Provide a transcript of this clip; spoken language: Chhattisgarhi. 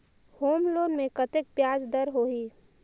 होम लोन मे कतेक ब्याज दर होही?